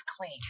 clean